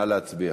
נא להצביע.